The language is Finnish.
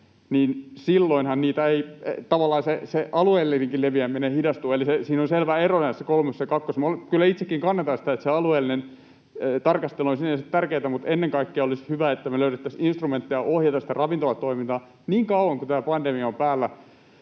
niin silloinhan tavallaan se alueellinenkin leviäminen hidastuu, eli näissä kolmos- ja kakkoslausumassa on selvä ero. Minä kyllä itsekin kannatan sitä, että se alueellinen tarkastelu on sinänsä tärkeätä, mutta ennen kaikkea olisi hyvä, että me löydettäisiin instrumentteja ohjata sitä ravintolatoimintaa, niin kauan kuin tämä pandemia tai